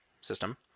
system